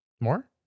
More